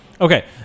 Okay